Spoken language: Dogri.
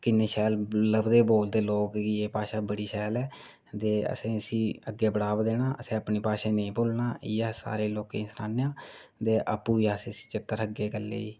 किन्ने शैल लभदे लोक एह् बोलदे भाशा बड़ी शैल ऐ असें इसी अग्गें बढ़ावा देना असें इसी नेईं भुल्लना इयै सारे लोकें गी सनान्ने आं ते आपूं बी अस इसी चेता रखगे गल्लै गी